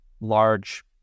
large